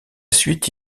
suite